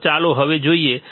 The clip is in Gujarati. તો ચાલો હવે જોઈએ